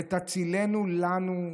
ותצילנו לנו,